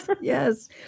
Yes